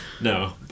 No